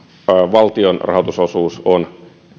valtion rahoitusosuus on